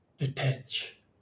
detach